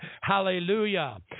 Hallelujah